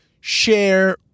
share